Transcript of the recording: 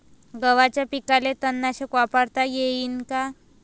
गव्हाच्या पिकाले तननाशक वापरता येईन का?